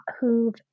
who've